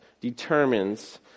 determines